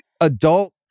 adult